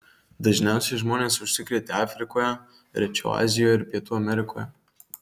dažniausiai žmonės užsikrėtė afrikoje rečiau azijoje ir pietų amerikoje